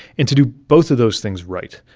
and to do both of those things right,